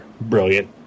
brilliant